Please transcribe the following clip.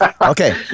Okay